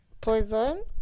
poison